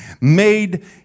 made